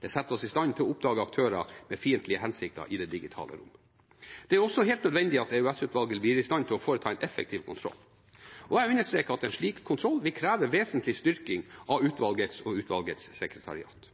Det setter oss i stand til å oppdage aktører med fiendtlige hensikter i det digitale rommet. Det er også helt nødvendig at EOS-utvalget blir i stand til å foreta en effektiv kontroll. Jeg understreker at en slik kontroll vil kreve vesentlig styrking av utvalget og utvalgets sekretariat.